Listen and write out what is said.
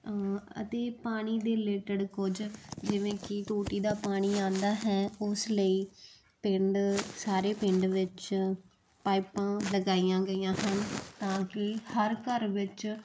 ਅਤੇ ਪਾਣੀ ਦੇ ਰਿਲੇਟਡ ਕੁਝ ਜਿਵੇਂ ਕਿ ਟੂਟੀ ਦਾ ਪਾਣੀ ਆਉਂਦਾ ਹੈ ਉਸ ਲਈ ਪਿੰਡ ਸਾਰੇ ਪਿੰਡ ਵਿੱਚ ਪਾਈਪਾਂ ਲਗਾਈਆਂ ਗਈਆਂ ਹਨ ਤਾਂ ਕਿ ਹਰ ਘਰ ਵਿੱਚ